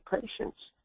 patients